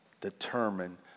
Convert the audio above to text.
determine